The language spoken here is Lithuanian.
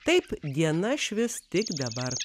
taip diena švis tik dabar